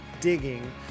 digging